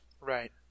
Right